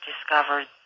discovered